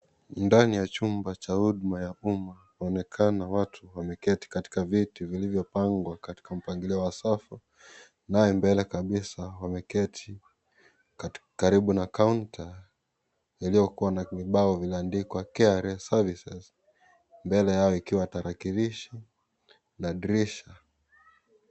Ndani ya chumba cha huduma ya umma unaonekana watu wameketi katika viti vilivyopangwa katika mpangilio wa safu. Naye mbele kabisa wameketi karibu na kaunta yaliyokuwa na vibao vimeandikwa " KRA services ". Mbele Yao ikiwa tarakilishi na dirisha.